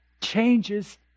changes